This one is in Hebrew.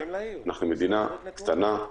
אנחנו מדינה קטנה,